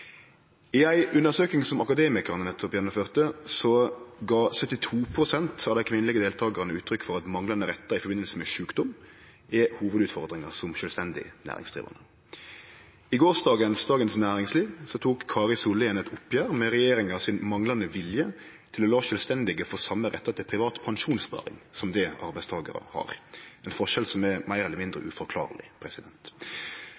I ei undersøking som Akademikarane nettopp har gjennomført, gav 72 pst. av dei kvinnelege deltakarane uttrykk for at manglande rettar i samband med sjukdom er hovudutfordringa som sjølvstendig næringsdrivande. I gårsdagens utgåve av Dagens Næringsliv tok Kari Sollien eit oppgjer med regjeringa sin manglande vilje til å la sjølvstendige få same rettar til privat pensjonssparing som det andre arbeidstakarar har – ein forskjell som er meir eller